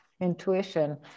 intuition